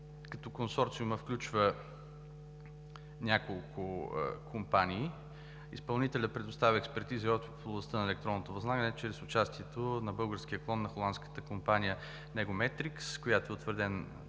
като консорциумът включва няколко компании. Изпълнителят предоставя експертизи в областта на електронното възлагане чрез участието на българския клон на холандската компания „Матрикс“, която е утвърден